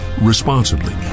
responsibly